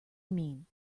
mean